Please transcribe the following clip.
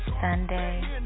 Sunday